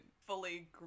fully